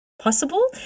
Possible